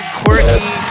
quirky